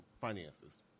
finances